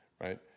right